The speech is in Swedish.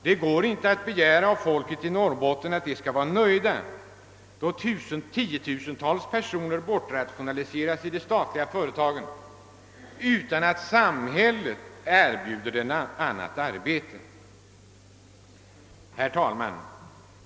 Man kan inte begära av människorna i Norrbotten att de skall vara nöjda då tiotusentals personer bortrationaliseras i de statliga företagen utan att samhället erbjuder dem annat arbete. Herr talman!